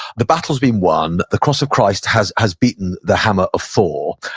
the battle's been won. the cross of christ has has beaten the hammer of thor.